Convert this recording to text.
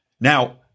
Now